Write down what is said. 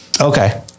Okay